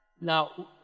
Now